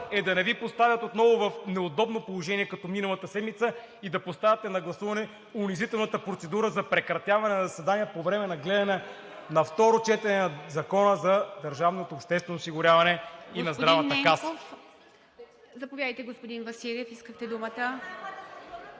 е да не Ви поставят отново в неудобно положение, както миналата седмица и да поставяте на гласуване унизителната процедура за прекратяване на заседанието по време на гледане на второ четене на Закона за държавното обществено осигуряване и на Здравната каса.